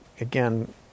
again